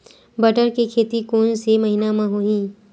बटर के खेती कोन से महिना म होही?